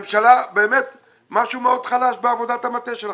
הממשלה, משהו מאוד חלש בעבודת המטה שלכם.